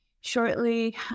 shortly